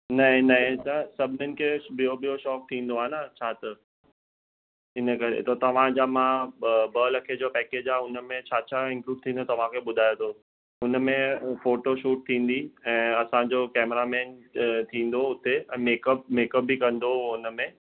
नए नए त सभिनीनि खे ॿियो ॿियो शौंक़ु थींदो आहे न छा त हिन करे त तव्हांजा मां ॿ लखे जो पैकेज आहे हुनमें छा छा इंक्लूड थींदो तव्हांखे ॿुधायो अथव हुनमें फोटो शूट थींदी ऐं असां जो कैमरा मैन त थींदो हुते मेकअप मेकअप बि कंदो हुनमें